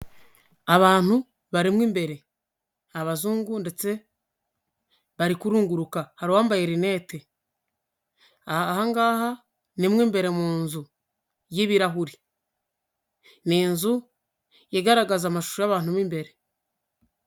Abantu barimo imbere abazungu ndetse bari kurunguruka, hari uwambaye rinete aha ngaha ni mu imbere mu nzu y'ibirahuri, n'inzu igaragaza amashusho y'abantu mu imbere.